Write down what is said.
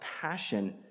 passion